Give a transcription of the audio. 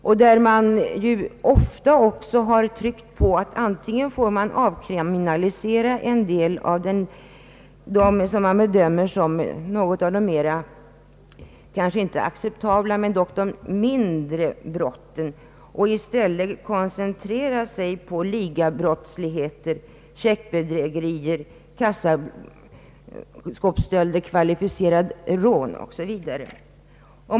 Man har i den ofta tryckt på att antingen får man avkriminalisera en del mera bagatellartade brott och i stället koncentrera sig på ligabrottslighet av typen checkbedrägeri, kassaskåpsstölder, kvalificerade rån o.s.v.